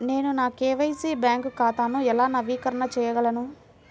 నేను నా KYC bank ఖాతాను ఎలా నవీకరణ చేయగలను?